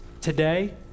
today